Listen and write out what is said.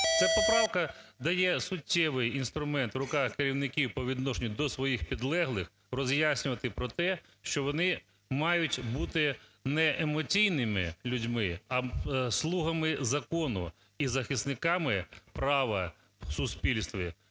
Ця поправка дає суттєвий інструмент в руках керівників по відношенню до своїх підлеглих роз'яснювати про те, що вони мають бути не емоційними людьми, а слугами закону і захисниками права в суспільстві.